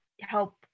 help